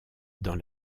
dans